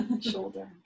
shoulder